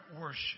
worship